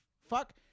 Fuck